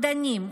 מדענים,